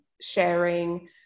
sharing